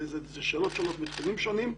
אלה שאלות שונות מתחומים שונים,